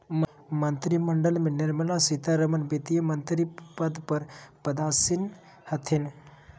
मंत्रिमंडल में निर्मला सीतारमण वित्तमंत्री पद पर पदासीन हथिन